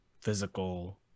physical